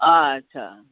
अच्छा